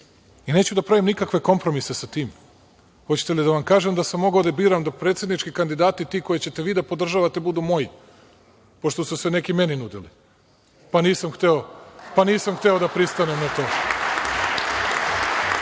i neću da pravim nikakve kompromise sa tim. Hoćete li da vam kažem da sam mogao da biram da predsednički kandidati, ti koje ćete vi da podržavate, budu moji, pošto su se neki meni nudili? Pa, nisam hteo da pristanem na to.